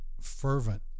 fervent